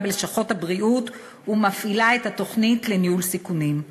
בלשכות הבריאות ומפעילה את התוכנית לניהול סיכונים.